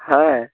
হ্যাঁ